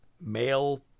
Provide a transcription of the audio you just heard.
male